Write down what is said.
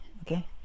Okay